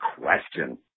question